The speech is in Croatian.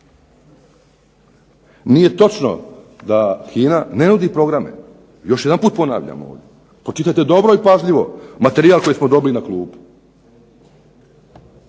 Nije točno da HINA ne nudi programe. Još jedanputa ponavljamo ovdje. Pročitajte dobro i pažljivo materijal koji smo dobili na klupu.